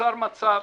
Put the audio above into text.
נוצר מצב